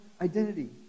identity